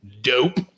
dope